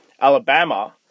Alabama